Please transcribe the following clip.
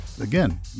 Again